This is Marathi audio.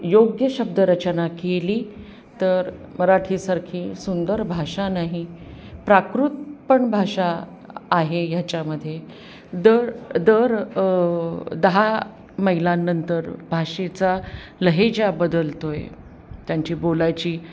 योग्य शब्दरचना केली तर मराठीसारखी सुंदर भाषा नाही प्राकृत पण भाषा आहे ह्याच्यामध्ये दर दर दहा मैलांनंतर भाषेचा लहेजा बदलतो आहे त्यांची बोलायची